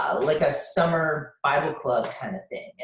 ah like ah summer bible club kinda thing.